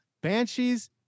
Banshees